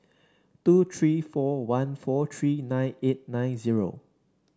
two three four one four three nine eight nine zero